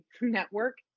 network